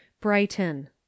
Brighton